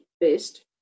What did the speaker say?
best